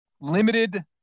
limited